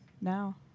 now